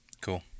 Cool